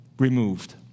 Removed